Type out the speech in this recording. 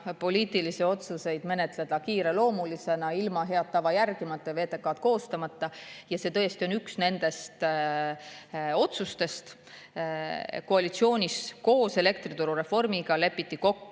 poliitilisi otsuseid menetleda kiireloomulisena, ilma head tava järgimata, VTK‑d koostamata. See on üks nendest otsustest koalitsioonis: koos elektrituru reformiga lepiti kokku